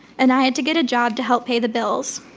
and i had to get a job to help pay the bills.